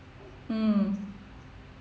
mm